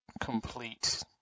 complete